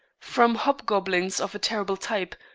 from hobgoblins of a terrible type,